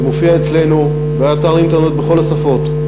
שמופיע אצלנו באתר האינטרנט בכל השפות,